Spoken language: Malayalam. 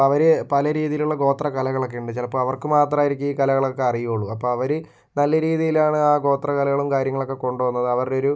അപ്പം അവര് പല രീതിയിലുള്ള ഗോത്ര കലകളൊക്കെ ഉണ്ട് ചിലപ്പോൾ അവർക്ക് മാത്രമായിരിക്കും ഈ കലകൾ ഒക്കെ അറിയുള്ളൂ അപ്പം അവര് നല്ല രീതിയിലാണ് ആ ഗോത്ര കലകളും കാര്യങ്ങളൊക്കെ കൊണ്ടു പോകുന്നത് അവരൊരു